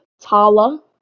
Tala